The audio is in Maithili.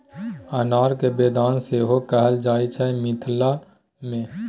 अनार केँ बेदाना सेहो कहल जाइ छै मिथिला मे